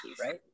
right